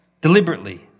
deliberately